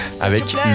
avec